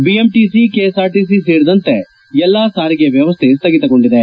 BMTC KSRTC ಸೇರಿದಂತೆ ಎಲ್ಲಾ ಸಾರಿಗೆ ವ್ಯವಸ್ಥೆ ಸ್ಥಗಿತಗೊಂಡಿದೆ